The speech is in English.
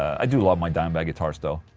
i do love my dimebag guitars though.